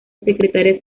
secretaria